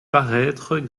paraître